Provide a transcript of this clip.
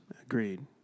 Agreed